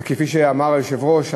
וכפי שאמר היושב-ראש,